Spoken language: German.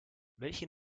welchen